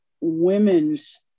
women's